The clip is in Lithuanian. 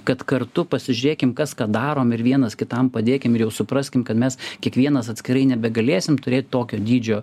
kad kartu pasižiūrėkim kas ką darom ir vienas kitam padėkim ir jau supraskim kad mes kiekvienas atskirai nebegalėsim turėt tokio dydžio